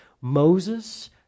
Moses